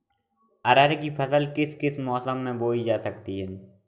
अरहर की फसल किस किस मौसम में बोई जा सकती है?